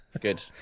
Good